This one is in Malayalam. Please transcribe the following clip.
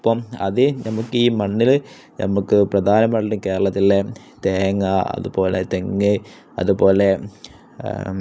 അപ്പം അത് നമുക്ക് ഈ മണ്ണിൽ നമുക്ക് പ്രധാനമായിട്ട് കേരളത്തിലെ തേങ്ങ അതുപോലെ തെങ്ങ് അതുപോലെ